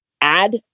add